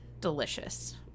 delicious